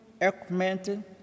equipment